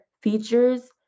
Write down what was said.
features